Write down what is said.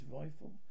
rifle